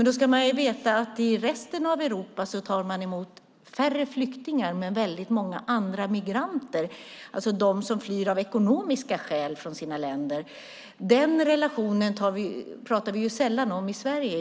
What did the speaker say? Då ska man veta att man i resten av Europa visserligen tar emot färre flyktingar men i stället tar man emot många andra migranter, alltså personer som av ekonomiska skäl flyr från sina hemländer. Den relationen talar vi sällan om i Sverige.